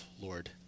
Lord